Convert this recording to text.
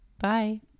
bye